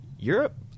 Europe